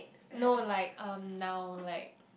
no like um now like